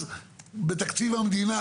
אז בתקציב המדינה